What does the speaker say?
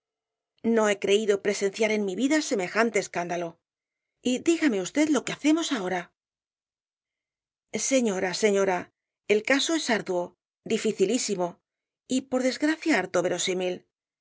no he creído presenciar en mi vida semejante escándalo y dígame usted lo que hacemos ahora señora señora el caso es arduo dificilísimo y por desgracia